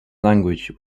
language